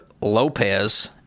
Lopez